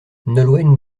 nolwenn